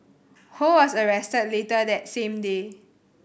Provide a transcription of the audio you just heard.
who was arrested later that same day